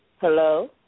Hello